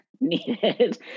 needed